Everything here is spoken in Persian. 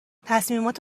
تصمیمات